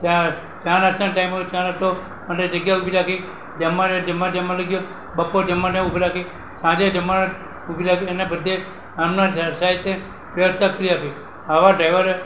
ત્યાં ચા નાસ્તાના ટાઈમ હોય ચા નાસ્તો માટે જગ્યા ઊભી રાખી જમવાને જમવા જમવા લઈ ગયો બપોર જમવાનું ઊભી રાખી સાંજે જમવા ઊભી રાખી એને બધે વ્યવસ્થા કરી આપી આવા ડ્રાઇવરે